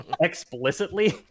explicitly